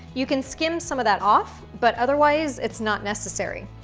you can skim some of that off, but otherwise, it's not necessary.